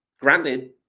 Granted